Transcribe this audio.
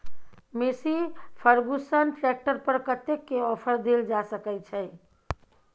Massey Ferguson tractor पर कतेक के ऑफर देल जा सकै छै?